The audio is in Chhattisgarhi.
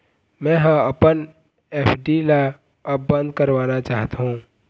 मै ह अपन एफ.डी ला अब बंद करवाना चाहथों